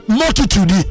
multitude